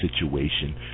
situation